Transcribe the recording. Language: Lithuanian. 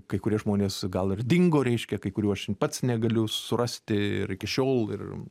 kai kurie žmonės gal ir dingo reiškia kai kurių aš pats negaliu surasti ir iki šiol ir